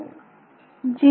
Nobel G